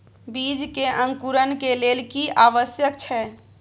बीज के अंकुरण के लेल की आवश्यक छै?